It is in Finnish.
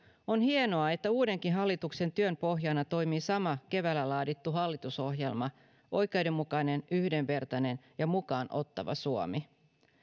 on hienoa että uudenkin hallituksen työn pohjana toimii sama keväällä laadittu hallitusohjelma oikeudenmukainen yhdenvertainen ja mukaan ottava suomi